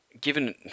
given